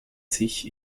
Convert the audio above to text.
sich